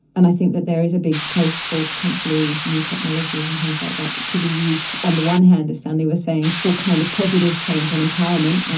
and i think that there is a big place for potentially new technologies and things like that to be used on the one hand, as stanley was saying, for kind of positive change and empowerment.